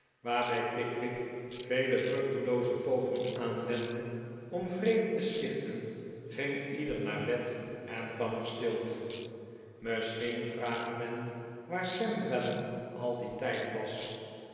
waarbij pickwick vele vruchtelooze pogingen aanwendde om vrede te stichten ging ieder naar bed en kwam er stilte misschien vraagt men waar sam weller al dien tijd was